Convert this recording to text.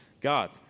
God